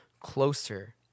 closer